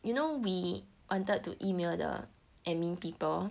you know we wanted to email the admin people